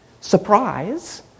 Surprise